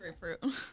grapefruit